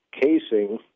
casing